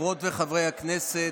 חברות וחברי הכנסת,